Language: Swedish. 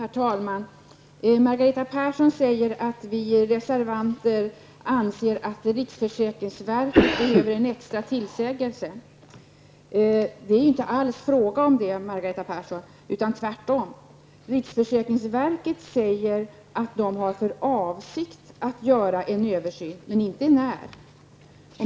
Herr talman! Margareta Persson säger att vi reservanter anser att riksförsäkringsverket behöver en extra tillsägelse. Det är inte alls fråga om det, Margareta Persson, utan tvärtom. Riksförsäkringsverket säger att det har för avsikt att göra en översyn, men inte när.